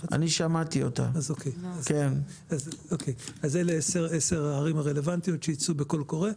אז אלה 10 הערים הרלבנטיות שייצאו בקול קורא.